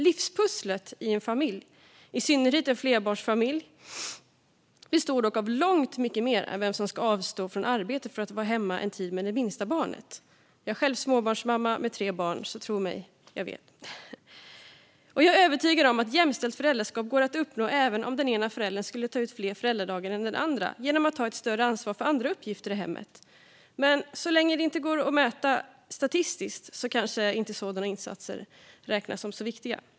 Livspusslet i en familj, i synnerhet en flerbarnsfamilj, består dock av långt mycket mer än vem som ska avstå från arbete för att vara hemma en tid med det minsta barnet. Jag är själv småbarnsmamma med tre barn. Tro mig! Jag vet. Jag är övertygad om att även om den ena föräldern skulle ta ut fler föräldradagar än den andra går det att uppnå ett jämställt föräldraskap genom att den andra tar ett större ansvar för andra uppgifter i hemmet. Men så länge det inte går att mäta statistiskt räknas kanske inte sådana insatser som särskilt viktiga.